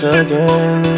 again